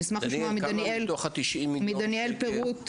אני אשמח לשמוע מדניאל פירוט.